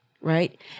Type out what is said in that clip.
Right